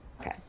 Okay